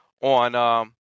on